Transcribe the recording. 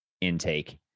intake